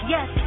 Yes